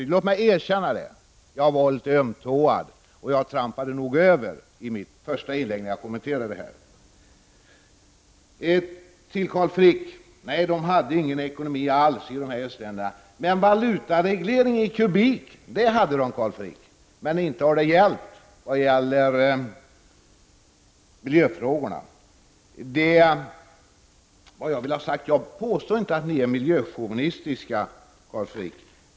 Jag erkänner att jag var litet ömtåad och trampade över när jag kommenterade Anne Wibbles anförande. Till Carl Frick vill jag säga att östländerna inte hade någon ekonomi alls, Prot. 1989/90:137 men valutareglering i kubik, det hade de, och det har inte hjälpt i miljöfrå 9 juni 1990 gorna. Jag påstår inte att ni är miljöchauvinistiska, Carl Frick.